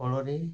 ଫଳରେ